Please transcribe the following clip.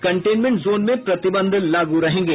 containment zone में प्रतिबंध लागू रहेंगे